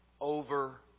over